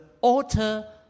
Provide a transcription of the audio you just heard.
altar